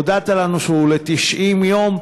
והודעת לנו שהוא ל-90 יום.